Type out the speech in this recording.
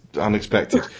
unexpected